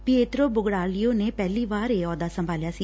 Pietro Badoglio ਨੇ ਪਹਿਲੀ ਵਾਰ ਇਹ ਅਹੁਦਾ ਸੰਭਾਲਿਆ ਸੀ